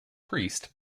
priest